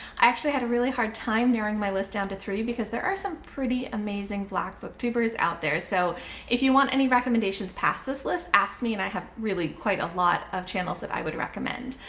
i actually had a really hard time narrowing my list down to three because there are some pretty amazing black booktubers out there, so if you want any recommendations past this list, ask me and i have really quite a lot of channels that i would recommend.